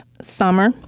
Summer